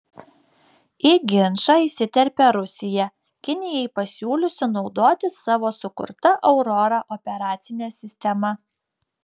į ginčą įsiterpė rusija kinijai pasiūliusi naudotis savo sukurta aurora operacine sistema